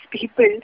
people